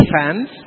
fans